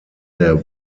der